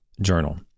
journal